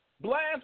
Blast